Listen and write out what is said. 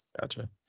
Gotcha